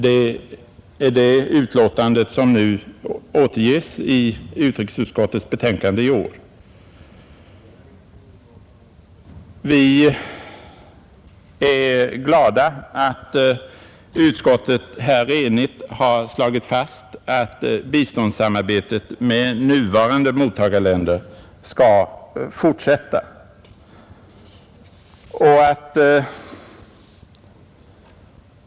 Det är det utlåtandet som nu återges i utrikesutskottets betänkande i år. Vi är glada att utskottet här enigt har slagit fast att biståndssamarbetet med nuvarande mottagarländer skall fortsätta.